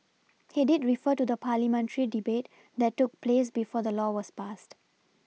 he did refer to the parliamentary debate that took place before the law was passed